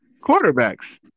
quarterbacks